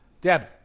Deb